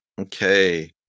Okay